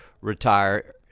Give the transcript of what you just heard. retire